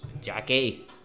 Jackie